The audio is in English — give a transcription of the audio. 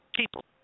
people –